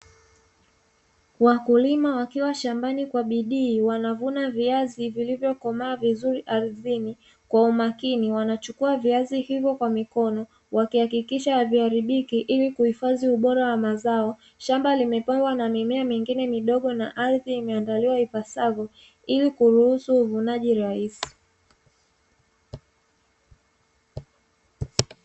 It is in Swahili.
Wakulima wakiwa shambani kwa bidii, wanavuna viazi vilivyokomaa vizuri ardhini, kwa umakini wanachukua viazi hivyo kwa mikono, wakihakikisha haziharibiki ili kuhifadhi ubora wa mazao. Shamba limepandwa na mimea mingine midogo na ardhi imeandaliwa ipasavyo ili kuruhusu uvunaji rahisi.